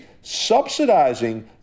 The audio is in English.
subsidizing